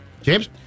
James